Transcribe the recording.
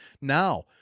now